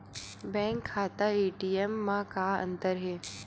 Bank खाता ATM मा का अंतर हे?